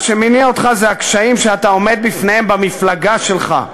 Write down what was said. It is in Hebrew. מה שמניע אותך זה הקשיים שאתה עומד בפניהם במפלגה שלך.